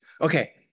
Okay